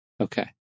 Okay